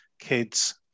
kids